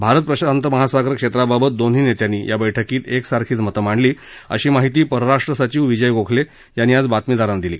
भारत प्रशांत महासागर क्षेत्राबाबत दोन्ही नेत्यांनी या बैठकीत एकसारखीच मतं मांडली अशी माहिती परराष्ट्र सचिव विजय गोखले यांनी आज बातमीदारांना दिली